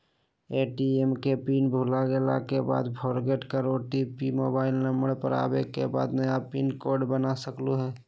ATM के pin भुलागेल के बाद फोरगेट कर ओ.टी.पी मोबाइल नंबर पर आवे के बाद नया पिन कोड बना सकलहु ह?